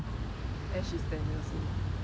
ash is ten years old